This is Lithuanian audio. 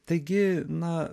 taigi na